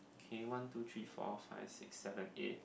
okay one two three four five six seven eight